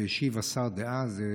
והשיב השר דאז,